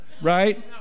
Right